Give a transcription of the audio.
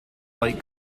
light